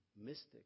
mystic